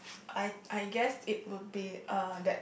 I I guess it would be uh that